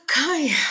Okay